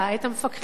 את המפקחים,